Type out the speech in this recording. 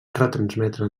retransmetre